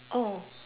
oh